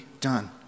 done